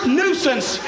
nuisance